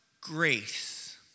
grace